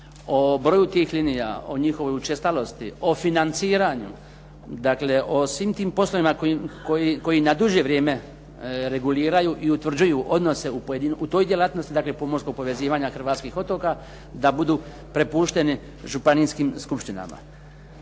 o broju tih linija, o njihovoj učestalosti, o financiranju. Dakle, o svim tim poslovima koji na duže vrijeme reguliraju i utvrđuju odnose u toj djelatnosti, dakle pomorskog povezivanja hrvatskih otoka, da budu prepušteni županijskim skupštinama.